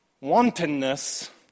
wantonness